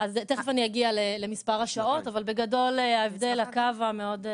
אגיע למספר השעות אבל בגדול --- כדי